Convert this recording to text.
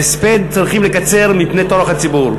בהספד, צריכים לקצר מפני טורח הציבור.